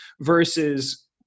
versus